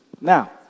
now